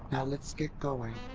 now let's get going.